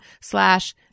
slash